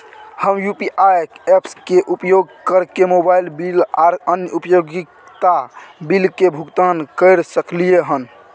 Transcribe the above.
हम UPI apps के उपयोग कैरके मोबाइल बिल आर अन्य उपयोगिता बिल के भुगतान कैर सकलिये हन